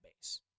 base